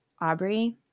Aubrey